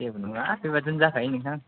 जेबो नङा बेबादिनो जाखायो नोंथां